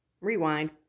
Rewind